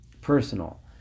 personal